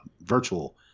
virtual